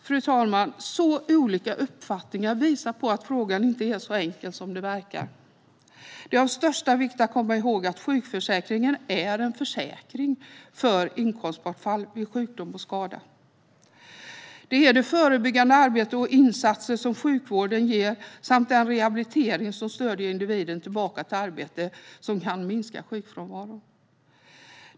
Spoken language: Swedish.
Fru talman! Dessa olika uppfattningar visar på att frågan inte är så enkel som det verkar. Det är av största vikt att komma ihåg att sjukförsäkringen är en försäkring för inkomstbortfall vid sjukdom eller skada. Det är det förebyggande arbetet och de insatser som sjukvården ger samt den rehabilitering som stöder individen tillbaka till arbete som kan minska sjukfrånvaron.